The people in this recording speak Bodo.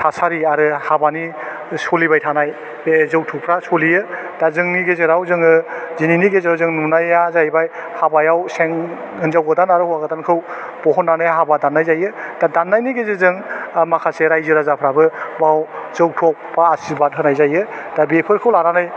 थासारि आरो हाबानि सलिबाय थानाय बे जौथुबफ्रा सलियो दा जोंनि गेजेराव जोङो दिनैनि गेजेराव जों नुनाया जाहैबाय हाबायाव सें हिन्जाव गोदान आरो हौवा गोदानखौ बहननानै हाबा दान्नाय जायो दा दान्नायनि गेजेरजों आह माखासे रायजो राजाफ्राबो बाउ जौथब बा आस्रिबाद होनाय जायो दा बेफोरखौ लानानै